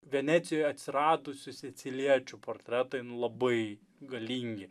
venecijoj atsiradusių siciliečių portretai labai galingi